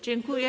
Dziękuję.